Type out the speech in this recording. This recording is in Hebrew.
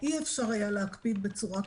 אי אפשר היה להקפיד בצורה כזאת,